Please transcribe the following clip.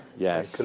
yes.